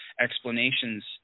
explanations